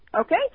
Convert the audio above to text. Okay